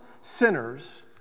sinners